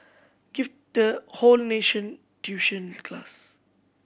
give the whole nation tuition class